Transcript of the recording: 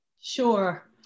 Sure